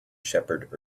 shepherd